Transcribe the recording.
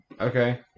okay